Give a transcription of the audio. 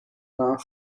naam